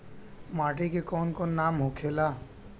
माटी के कौन कौन नाम होखेला?